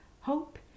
Hope